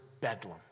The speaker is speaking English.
bedlam